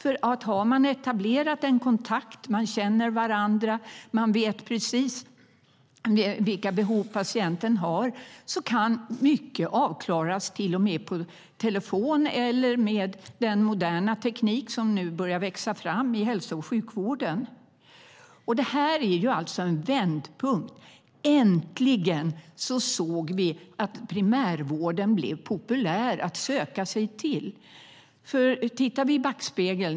Om man har etablerat en kontakt, känner varandra och vet precis vilka behov patienten har kan mycket avklaras på telefon eller med den moderna teknik som nu börjar växa fram i hälso och sjukvården. Låt oss titta i backspegeln.